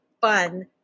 fun